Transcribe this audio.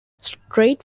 strait